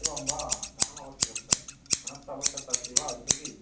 एवं वा धनमावश्यकत्वं धनस्य आवश्यकता अस्ति वा इतोऽपि